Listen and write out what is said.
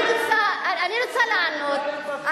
אני רוצה לענות.